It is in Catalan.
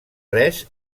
res